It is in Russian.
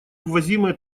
ввозимые